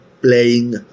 playing